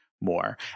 more